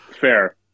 fair